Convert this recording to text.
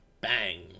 Bang